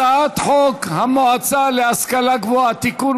הצעת חוק המועצה להשכלה גבוהה (תיקון,